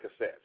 cassettes